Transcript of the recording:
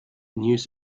news